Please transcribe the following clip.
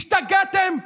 השתגעתם?